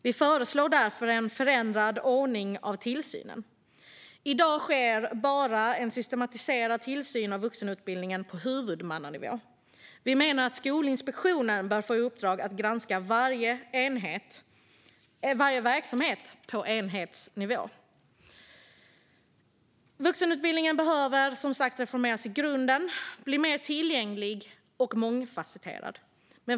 Vi föreslår därför en förändrad ordning av tillsynen. I dag sker en systematiserad tillsyn av vuxenutbildningen bara på huvudmannanivå. Vi menar att Skolinspektionen bör få i uppdrag att granska varje verksamhet på enhetsnivå. Vuxenutbildningen behöver som sagt reformeras i grunden och bli mer tillgänglig och mångfasetterad.